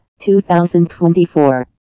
2024